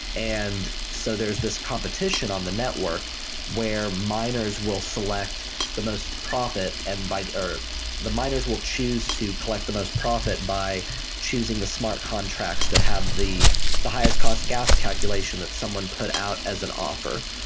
and so there's this competition on the network where miners will select the most profit and or the miners will choose to collect the most profit by choosing the smart contracts that have the the highest cost gas calculation that someone put out as an offer.